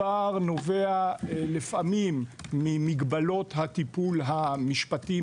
הפער נובע לפעמים ממגבלות הטיפול המשפטי,